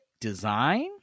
design